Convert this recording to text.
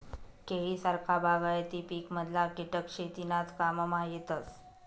केळी सारखा बागायती पिकमधला किटक शेतीनाज काममा येतस